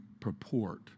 purport